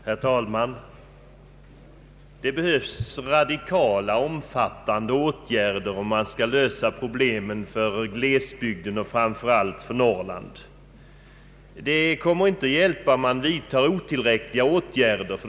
Herr talman! Det behövs radikala, omfattande åtgärder, om man skall lösa problemen för glesbygden och framför allt för Norrland. Det hjälper inte om man vidtar otillräckliga åtgärder.